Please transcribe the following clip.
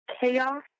chaos